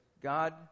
God